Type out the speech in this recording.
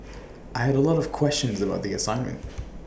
I had A lot of questions about the assignment